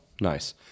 Nice